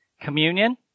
Communion